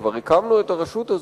כבר הקמנו את הרשות הזאת,